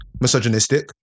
misogynistic